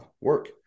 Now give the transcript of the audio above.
work